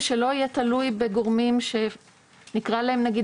ושלא יהיה תלוי בגורמים שנקרא להם נגיד